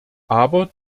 aber